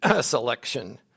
selection